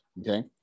Okay